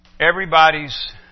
Everybody's